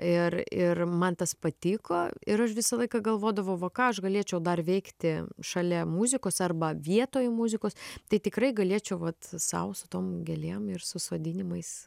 ir ir man tas patiko ir aš visą laiką galvodavau va ką aš galėčiau dar veikti šalia muzikos arba vietoj muzikos tai tikrai galėčiau vat sau su tom gėlėm ir su sodinimais